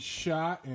shot